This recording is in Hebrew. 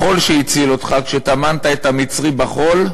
החול שהציל אותך כשטמנת את המצרי בחול,